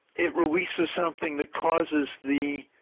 it releases something that causes the